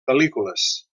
pel·lícules